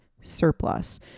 surplus